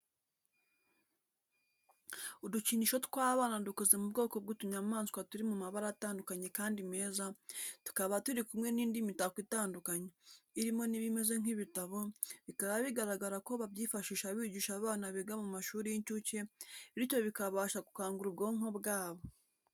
Udukinisho tw'abana dukoze mu bwoko bw'utunyamaswa turi mu mabara atandukanye kandi meza, tukaba turi kumwe n'indi mitako itandukanye, irimo n'ibimeze nk'ibitabo, bikaba bigaragara ko babyifashisha bigisha abana biga mu mashuri y'incuke bityo bikabasha gukangura ubwonko bwabo.